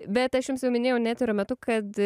bet aš jums jau minėjau ne eterio metu kad